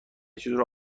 چیزو